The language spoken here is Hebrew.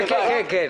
כן, כן.